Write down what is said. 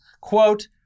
quote